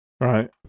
right